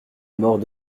mort